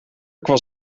was